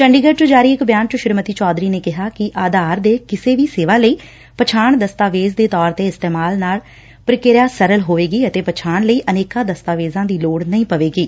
ਚੰਡੀਗੜੂ ਚ ਜਾਰੀ ਇਕ ਬਿਆਨ ਵਿਚ ਸ੍ੀਮਤੀ ਚੌਧਰੀ ਨੇ ਕਿਹਾ ਕਿ ਆਧਾਰ ਦੇ ਕਿਸੇ ਵੀ ਸੇਵਾ ਲਈ ਪਛਾਣ ਦਸਤਾਵੇਜ਼ ਦੇ ਤੌਰ ਤੇ ਇਸਤੇਮਾਲ ਨਾਲ ਪ੍ਕਿਰਿਆ ਸਰਲ ਹੋਵੇਗੀ ਅਤੇ ਪਛਾਣ ਲਈ ਅਨੇਕਾ ਦਸਤਾਵੇਜ਼ਾ ਦੀ ਲੋੜ ਨਹੀਂ ਪਵੇਗੀ